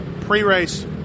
pre-race